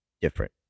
different